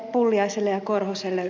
pulliaiselle ja ed